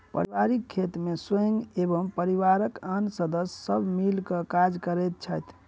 पारिवारिक खेत मे स्वयं एवं परिवारक आन सदस्य सब मिल क काज करैत छथि